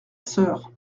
sœur